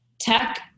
Tech